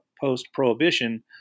post-prohibition